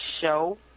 show